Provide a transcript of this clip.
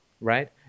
right